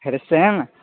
خیریت سے ہیں نا